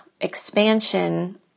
expansion